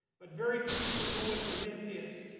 but very few people know what their myth is.